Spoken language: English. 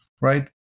right